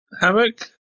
hammock